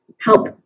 help